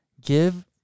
give